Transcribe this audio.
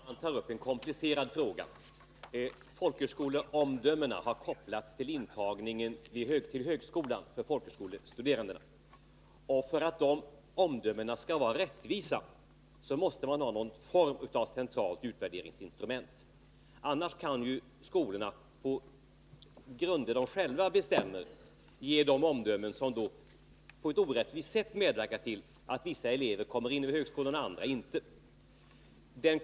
Herr talman! Raul Blächer tar upp en komplicerad fråga. Studieomdömena i folkhögskolan har kopplats till folkhögskolestuderandes intagning till högskolan. För att omdömen skall bli rättvisa måste man ha någon form av centralt utvärderingsinstrument. Annars kan skolorna på grunder som de själva bestämmer ge omdömen som på ett orättvist sätt kan medverka till att vissa elever kommer in på högskolan och andra inte.